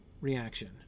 reaction